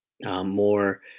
more